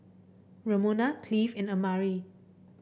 Ramona Cleave and Amari